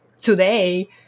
today